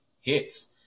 hits